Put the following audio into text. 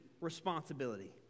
responsibility